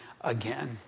again